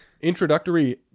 introductory